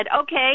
okay